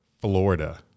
Florida